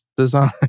design